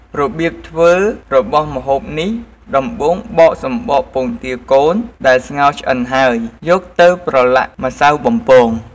របៀបធ្វើរបស់ម្ហូបនេះ ដំបូងបកសំបកពងទាកូនដែលស្ងោរឆ្អិនហើយ យកទៅប្រឡាក់ម្សៅបំពង។